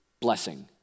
blessing